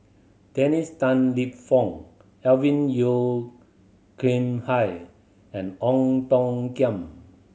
Dennis Tan Lip Fong Alvin Yeo Khirn Hai and Ong Tiong Khiam